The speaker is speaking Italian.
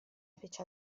fece